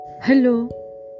Hello